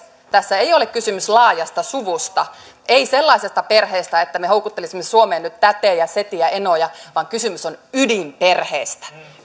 tässä ei ole kysymys laajasta suvusta ei sellaisesta perheestä että me houkuttelisimme suomeen nyt tätejä setiä enoja vaan kysymys on ydinperheestä